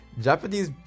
Japanese